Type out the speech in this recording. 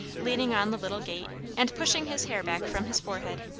leaning on the little gate, and pushing his hair back from his forehead.